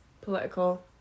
political